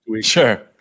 Sure